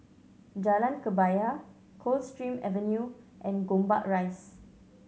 Jalan Kebaya Coldstream Avenue and Gombak Rise